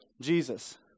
Jesus